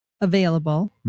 available